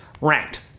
ranked